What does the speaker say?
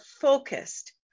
focused